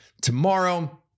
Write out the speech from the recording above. tomorrow